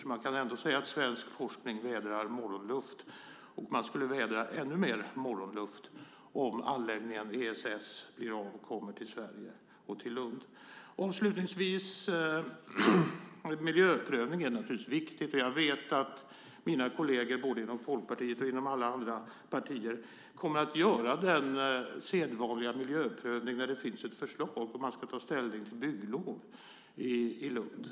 Så man kan ändå säga att svensk forskning vädrar morgonluft. Man skulle vädra ännu mer morgonluft om anläggningen ESS kom till Sverige och till Lund. Avslutningsvis är naturligtvis miljöprövning viktig. Jag vet att mina kolleger både inom Folkpartiet och inom alla andra partier kommer att göra den sedvanliga miljöprövningen när det finns ett förslag och man ska ta ställning till bygglov i Lund.